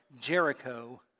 Jericho